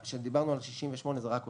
כשדיברנו על 68 זה רק הוצאות,